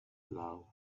love